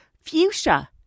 fuchsia